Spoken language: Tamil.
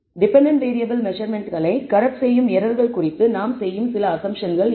எனவே டெபென்டென்ட் வேறியபிள் மெஸர்மென்ட்ஸ்களை கரப்ட் செய்யும் எரர்கள் குறித்து நாம் செய்யும் சில அஸம்ப்ஷன்கள் என்ன